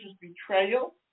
betrayal